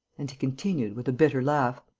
and he continued, with a bitter laugh,